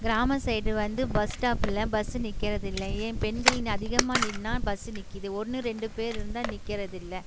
கிராம சைடு வந்து பஸ் ஸ்டாப்பில் பஸ்ஸு நிற்கிறது இல்லை ஏன் பெண்கள் அதிகமாக நின்றா பஸ்ஸு நிற்கிது ஒன்று ரெண்டு பேர் இருந்தால் நிற்கிறதில்ல